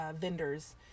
vendors